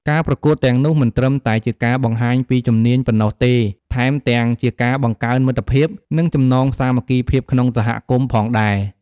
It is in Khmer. ការប្រកួតទាំងនោះមិនត្រឹមតែជាការបង្ហាញពីជំនាញប៉ុណ្ណោះទេ ថែមទាំងជាការបង្កើនមិត្តភាព និងចំណងសាមគ្គីភាពក្នុងសហគមន៍ផងដែរ។